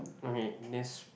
okay next